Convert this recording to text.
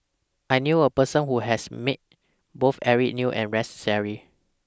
I knew A Person Who has Met Both Eric Neo and Rex Shelley